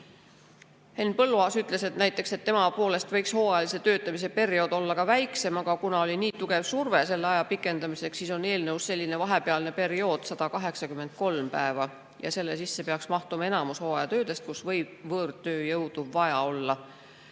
Henn Põlluaas ütles, et näiteks tema poolest võiks hooajalise töötamise periood olla lühem, aga kuna oli nii tugev surve selle aja pikendamiseks, siis on eelnõus selline vahepealne periood 183 päeva. Selle sisse peaks mahtuma enamus hooajatöödest, kus võib võõrtööjõudu vaja olla.